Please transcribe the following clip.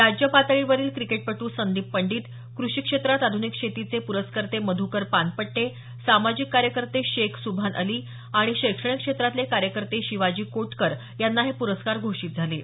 राज्य पातळीवरील क्रिकेटपटू संदीप पंडित कृषी क्षेत्रात आध्निक शेतीचे प्रस्कर्ते मध्कर पानपट्टे सामाजिक कार्यकर्ते शेख सुभान अली आणि शैक्षणिक क्षेत्रातले कार्यकर्ते शिवाजी कोटकर यांना हे पुरस्कार घोषित झाले आहे